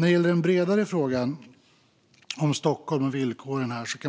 Den bredare frågan gäller Stockholm och villkoren här.